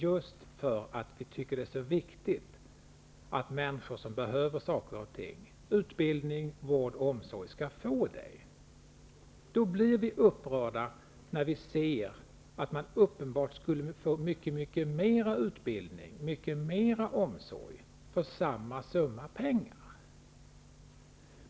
Just för att vi tycker att det är så viktigt att människor som behöver saker och ting, utbildning, vård och omsorg, skall få det, blir vi upprörda när vi ser att man uppenbart skulle kunna få mycket mer utbildning och mycket mer omsorg för samma summa pengar.